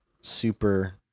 super